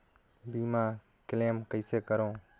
बीमा क्लेम कइसे करों?